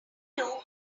know